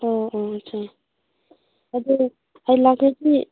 ꯑꯥ ꯑꯥ ꯑꯠꯁꯥ ꯑꯗꯣ ꯑꯩ ꯂꯥꯛꯂꯗꯤ